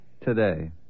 Today